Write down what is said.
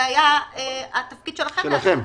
זה היה התפקיד שלכם.